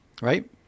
Right